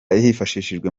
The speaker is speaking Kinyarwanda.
hifashishijwe